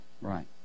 right